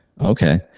okay